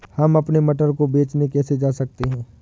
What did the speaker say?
हम अपने मटर को बेचने कैसे जा सकते हैं?